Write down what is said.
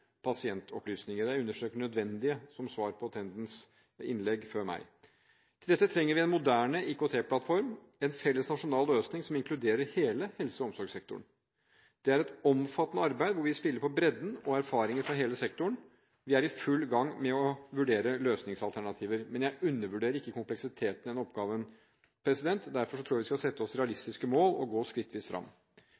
pasientopplysninger – jeg understreker «nødvendige», som svar på Tendens innlegg før meg. Til dette trenger vi en moderne IKT-plattform – en felles nasjonal løsning som inkluderer hele helse- og omsorgssektoren. Det er et omfattende arbeid, hvor vi spiller på bredden og erfaringer fra hele sektoren. Vi er i full gang med å vurdere løsningsalternativer, men jeg undervurderer ikke kompleksiteten i denne oppgaven. Derfor tror jeg vi skal sette oss